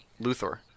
Luthor